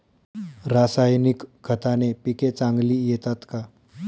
रासायनिक खताने पिके चांगली येतात का?